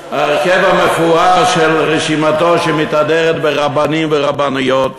ההרכב המפואר של רשימתו, שמתהדרת ברבנים ורבניות,